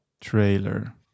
trailer